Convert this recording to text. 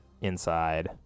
inside